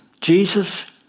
Jesus